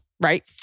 right